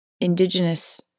indigenous